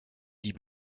die